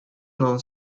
known